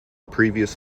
previous